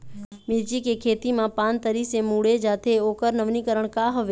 मिर्ची के खेती मा पान तरी से मुड़े जाथे ओकर नवीनीकरण का हवे?